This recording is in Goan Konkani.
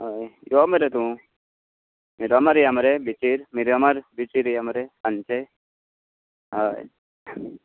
हय यो मरे तूं मिरामार या मरे बिचीर मिरामार बिचीर या मरे सांजचे हय